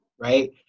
right